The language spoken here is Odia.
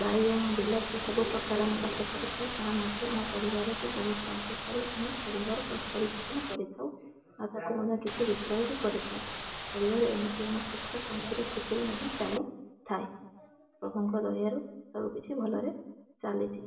ବାଇଗଣ ବିଲାତି ସବୁ ପ୍ରକାର ଆମେ ଚାଷ କରିଥାଉ ତାହା ମଧ୍ୟ ଆମ ପରିବାରକୁ ବହୁତ ସାହାଯ୍ୟ କରେ ଆମେ ପରିବାର ପ ପରିପୋଷଣ କରିଥାଉ ଆଉ ତାକୁ ମଧ୍ୟ କିଛି ବିକ୍ରୟ ବି କରିଥାଉ ପରିବାର ଏମିତି ଆମର ସୁଖ ଶାନ୍ତିରେ ଖୁସିରେ ମଧ୍ୟ ଚାଲିଥାଏ ପ୍ରଭୁଙ୍କ ଦୟାରୁ ସବୁ କିଛି ଭଲରେ ଚାଲିଛି